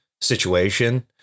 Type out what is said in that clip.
situation